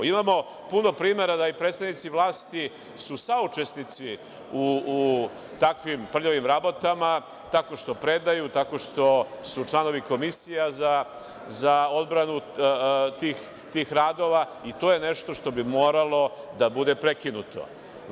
Imamo puno primera da su i predstavnici vlasti saučesnici u takvim prljavim rabotama, tako što predaju, tako što su članovi komisija za odbranu tih radova i to je nešto što bi moralo da bude prekinuto.